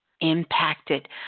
impacted